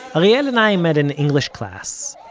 ariel and i met in english class.